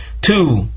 two